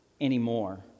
anymore